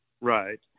Right